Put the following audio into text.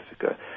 Africa